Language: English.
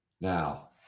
Now